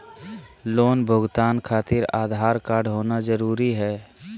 Loan भुगतान खातिर Aadhaar card होना जरूरी है?